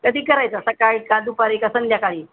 कधी करायचा सकाळी का दुपारी का संध्याकाळी